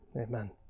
Amen